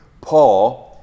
Paul